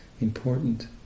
important